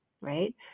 right